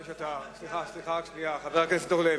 סליחה, חבר הכנסת אורלב.